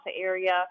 area